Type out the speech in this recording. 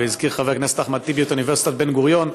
והזכיר חבר הכנסת אחמד טיבי את אוניברסיטת בן-גוריון,